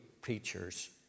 preachers